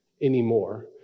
anymore